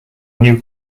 new